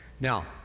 now